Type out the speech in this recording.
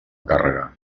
càrrega